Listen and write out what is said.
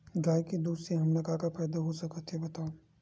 गाय के दूध से हमला का का फ़ायदा हो सकत हे बतावव?